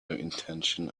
intention